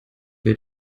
wir